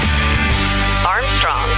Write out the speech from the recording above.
Armstrong